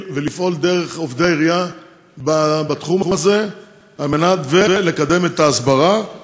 ולפעול דרך עובדי העירייה בתחום הזה ולקדם את ההסברה,